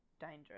dangerous